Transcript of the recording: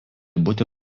būti